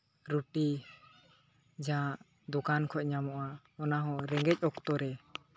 ᱨᱩᱴᱤ ᱡᱟᱦᱟᱸ ᱫᱚᱠᱟᱱ ᱠᱷᱚᱱ ᱧᱟᱢᱚᱜᱼᱟ ᱚᱱᱟ ᱦᱚᱸ ᱨᱮᱸᱜᱮᱡ ᱚᱠᱛᱚ ᱨᱮ